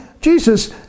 Jesus